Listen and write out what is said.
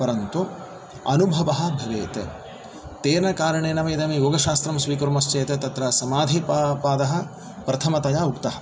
परन्तु अनुभवः भवेत् तेन कारणेन मिदं योगशास्त्रं स्वीकुर्मश्चेत तत्र समाधि पादः प्रथमतया उक्तः